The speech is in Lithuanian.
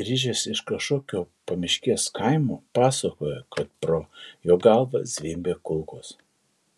grįžęs iš kažkokio pamiškės kaimo pasakojo kad pro jo galvą zvimbė kulkos